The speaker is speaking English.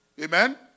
Amen